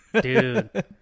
dude